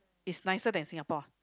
is nicer than Singapore ah